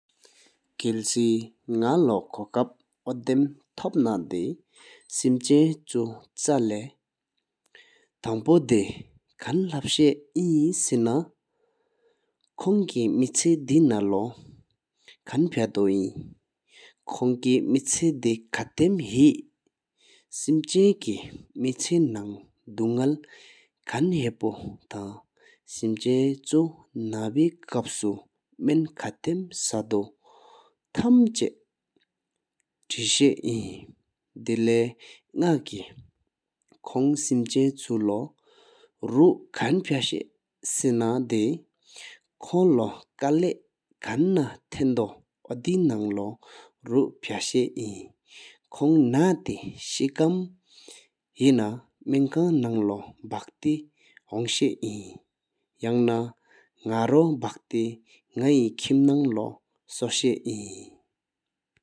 ཁལ་སེ་ནག་ལོ་ཁོ་ཀཔ་ཨོ་དམ་ཐོད་པོ་དེ་སེམས་འཆིམ་བཅུ་ཕྱ་ལེགས་ཐང་ཕོ་དེ་ང་ལབ་ཤ་ཨིན་སེ་ན་ཁོང་སེ་ཁ་མེ་ཆེ་དེ་ན་ལོ་ཁབ་ཕ་དོ། ཁོང་ཁ་ཞེ་མེ་ཆེ་དེ་ཁ་ཏམས་ཧེ། སེམས་ཅན་སེ་མེ་ཆེ་མང་དུ་ནལ་ཁོང་ཧཔོ་ཐང་སེམས་ཅན་ཆུ་ན་བཀལ་བསྟགས་བྱ་གསུ་མ་ཁ་ཏམ་ཤ་དོ་ཡོད་བྱ་འཆམ་ཚར་བཞག་ཨིན། དཱ་ལེ་ནག་ཁེ་ཁོང་སེམས་ཅན་ཆུ་ལོ་རོ་ཁབ་ཕ་ཤ་ཨིན་སེ་ན་དེ་ཁོང་ལོ་རོ་ཁབ་ཕ་དྨན་ཏུ་ཡིན་དུ་འདུ་རོ་ཕ་ཤ་འིན། ཁོང་ན་ཏེ་ཤེ་ཁམ་ཧེ་ན་མང་ཁང་ནང་སྤེོ་བཀལ་བསྒྲགས་ལ་དག་བྱ་ཁྱད་ཤ་ཨིན། ཡང་ན་ནག་རོ་བཤེགས་ན་གཡིམ་ནང་ལོ་མྱ་ཡི་ཤ་ཨིན།